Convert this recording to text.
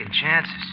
chances